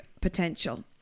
potential